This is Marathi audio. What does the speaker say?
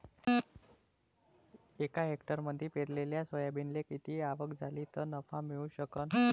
एका हेक्टरमंदी पेरलेल्या सोयाबीनले किती आवक झाली तं नफा मिळू शकन?